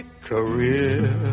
Career